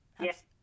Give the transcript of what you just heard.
Yes